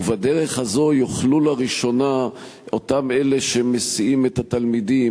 ובדרך הזאת יוכלו לראשונה אותם אלה שמסיעים את התלמידים,